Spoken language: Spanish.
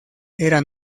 era